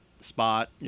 spot